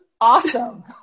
awesome